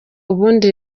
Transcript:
ubundi